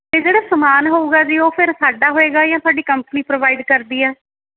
ਅਤੇ ਜਿਹੜਾ ਸਮਾਨ ਹੋਊਗਾ ਜੀ ਉਹ ਫਿਰ ਸਾਡਾ ਹੋਏਗਾ ਜਾਂ ਤੁਹਾਡੀ ਕੰਪਨੀ ਪ੍ਰੋਵਾਈਡ ਕਰਦੀ ਹੈ